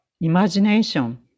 imagination